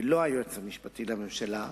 ולא היועץ המשפטי לממשלה,